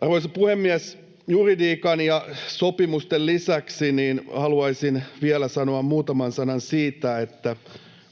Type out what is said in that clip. Arvoisa puhemies! Juridiikan ja sopimusten lisäksi haluaisin vielä sanoa muutaman sanan siitä,